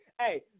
Hey